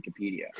Wikipedia